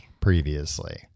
previously